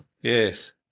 Yes